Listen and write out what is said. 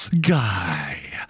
guy